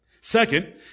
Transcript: Second